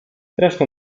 zresztą